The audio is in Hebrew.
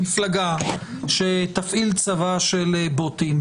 מפלגה שתפעיל צבא של בוטים,